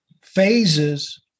phases